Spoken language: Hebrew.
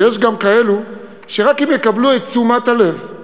ויש גם כאלה שרק אם יקבלו את תשומת הלב,